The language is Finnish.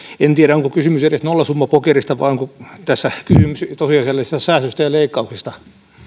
en tiedä onko kysymys edes nollasummapokerista vai onko tässä kysymys tosiasiallisista säästöistä ja leikkauksista